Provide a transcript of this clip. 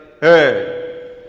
hey